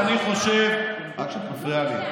אני חושב, את מפריעה לי.